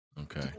Okay